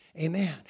Amen